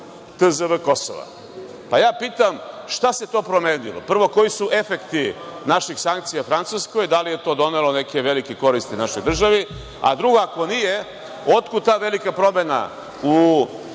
tzv. Kosova. Pitam – šta se to promenilo? Prvo, koji su efekti naših sankcija Francuskoj, da li je to donelo neke velike koristi našoj državi? Drugo, ako nije, otkud ta velika promena u